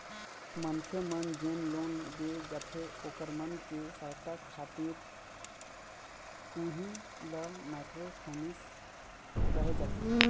मनखे मन जेन लोन दे जाथे ओखर मन के सहायता खातिर उही ल माइक्रो फायनेंस कहे जाथे